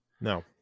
No